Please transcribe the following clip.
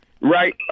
right